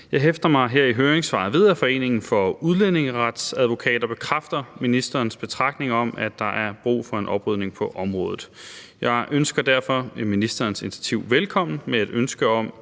Jeg hæfter mig ved, at Foreningen af Udlændingeretsadvokater i høringssvaret bekræfter ministerens betragtning om, at der er brug for en oprydning på området. Jeg hilser derfor ministerens initiativ velkommen med et ønske om,